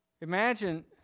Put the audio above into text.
imagine